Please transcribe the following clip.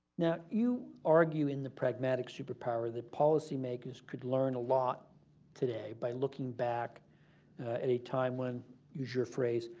now, you argue in the pragmatic superpower that policymakers could learn a lot today by looking back at a time when, to use your phrase,